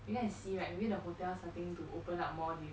you go and see like maybe the hotels starting to open up more deal